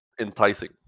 enticing